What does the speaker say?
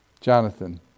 Jonathan